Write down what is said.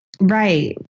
Right